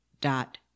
dot